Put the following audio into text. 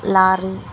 lorry